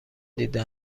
دیده